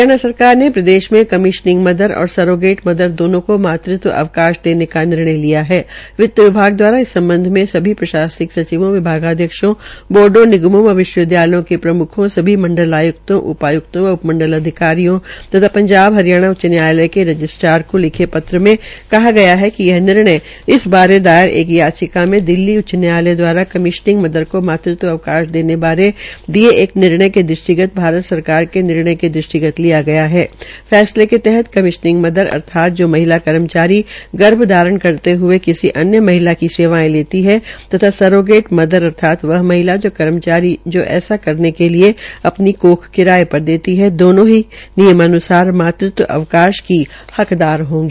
हरियाणा सरकार ने प्रदेश में कमीशनिंग मदर और सरोगेट मदर दोनों की मातृत्व अवकाश देने का निर्णय लिया हण वित्त विभाग द्वारा इस सम्बध में सभी प्रशासनिक सचिवों विभागाध्यक्षों बोर्डो निगमों व विश्वविदयालयों के प्रमुखों सभी मंडल आय्क्तों उपाय्का व उप मडल अधिकारियों तथा पंजाब हरियाणा उच्च न्यायायल के रजिस्ट्रार को लिखे पत्र में कहा गया है कि यह निर्णय इस बारे दायर एक याचिका मे दिल्ली उच्च न्यायालय दवारा कमीशनिंग मदर को मातृत्व अवकास देने बारे दिये एक निर्णय के दृष्टिगत भारत सरकार के निर्णय के दृष्टिगत लिया गया है फ्र्सले के तहत कमीशनिंग मदर अर्थात जो महिला कर्मचारी गर्भ धारण करने हेत् किसी अन्य महिला की सेवायें लेती ह तथा सरोगेट मदर अर्थात व महिला कर्मचारी जो ऐसा करने के लिये अपनी कोख किराये पर देती ह दोनों ही नियामान्सार मातृत्व अवकाश की हकदार होंगी